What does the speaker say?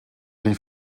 die